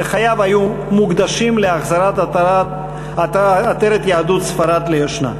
וחייו היו מוקדשים להחזרת עטרת יהדות ספרד ליושנה.